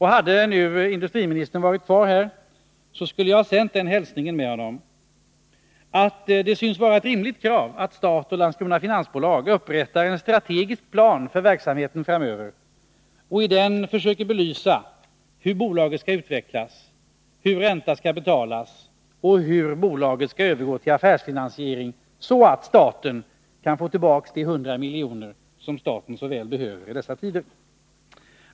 Hade industriministern varit kvar i kammaren skulle jag ha sänt den hälsningen med honom att det synes vara ett rimligt krav att staten och Landskrona Finans AB upprättar en strategisk plan för verksamheten framöver och i den försöker belysa hur bolaget skall utvecklas, hur ränta skall betalas och hur bolaget skall övergå till affärsfinansiering, så att staten kan få tillbaka de hundra miljoner som staten så väl behöver i dessa tider.